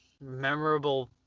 memorable